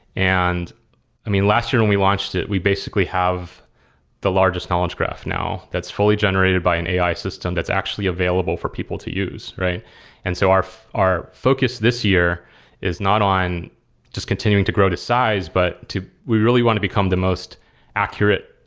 and i mean, last year when we launched it, we basically have the largest knowledge graph now that's fully generated by an ai system that's actually available for people to use. and so our our focus this year is not on just continuing to grow to size, but we really want to become the most accurate,